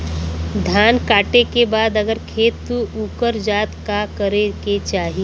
धान कांटेके बाद अगर खेत उकर जात का करे के चाही?